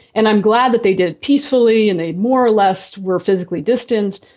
and i'm glad that they did peacefully in a more or less were physically distanced,